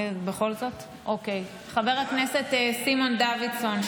חבר הכנסת סימון דוידסון,